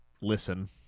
listen